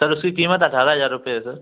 sir उसकी कीमत अठारह हज़ार रुपये है सर